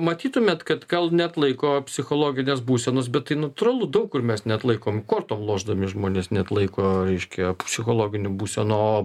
matytumėt kad gal neatlaiko psichologinės būsenos bet tai natūralu daug kur mes neatlaikom kortom lošdami žmonės neatlaiko reiškia psichologinių būsenų o